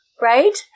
right